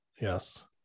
Yes